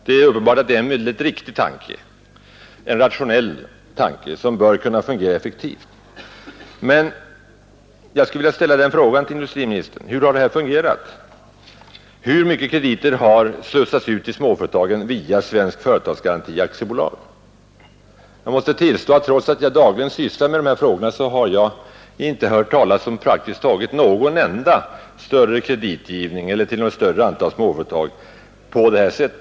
Det är uppenbart en mycket riktig tanke och en rationell tanke som bör kunna fungera effektivt. Men jag skulle vilja ställa frågan till industriministern: Hur har detta fungerat? Hur mycket krediter har slussats ut till småföretagen via Svensk företagsgaranti AB? Jag måste tillstå att trots att jag dagligen sysslar med dessa frågor har jag inte hört talas om praktiskt taget någon enda större kreditgivning eller kreditgivning till något större antal småföretag på detta sätt.